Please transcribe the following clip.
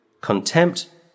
contempt